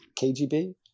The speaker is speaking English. KGB